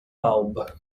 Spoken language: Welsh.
bawb